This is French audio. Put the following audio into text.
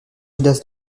gildas